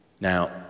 Now